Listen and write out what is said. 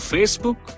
Facebook